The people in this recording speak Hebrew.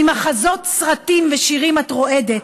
ממחזות סרטים ושירים את רועדת,